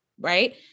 right